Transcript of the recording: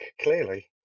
clearly